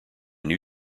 new